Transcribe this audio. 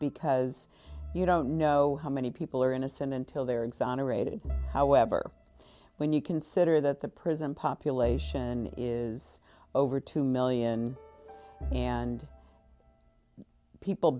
because you don't know how many people are innocent until they're exonerated however when you consider that the prison population is over two million and people